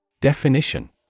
Definition